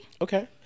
Okay